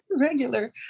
regular